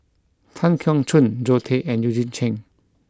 Tan Keong Choon Zoe Tay and Eugene Chen